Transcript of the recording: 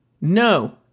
no